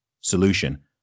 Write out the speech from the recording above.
solution